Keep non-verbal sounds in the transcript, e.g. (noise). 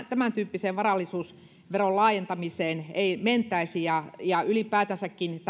(unintelligible) tämäntyyppiseen varallisuusveron laajentamiseen ei mentäisi ylipäätänsäkin (unintelligible)